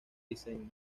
diseño